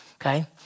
okay